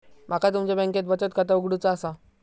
माका तुमच्या बँकेत बचत खाता उघडूचा असा?